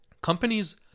companies